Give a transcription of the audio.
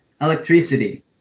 electricity